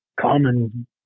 common